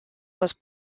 was